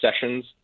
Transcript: sessions